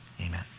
Amen